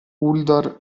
uldor